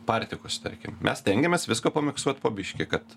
partikus tarkim mes stengiamės visko pamiksuot po biškį kad